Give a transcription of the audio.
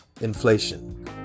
inflation